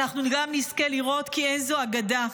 אנחנו גם נזכה לראות כי אין זו אגדה,